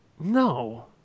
No